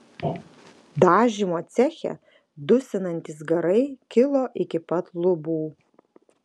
dažymo ceche dusinantys garai kilo iki pat lubų